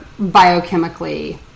biochemically